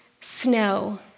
snow